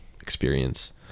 experience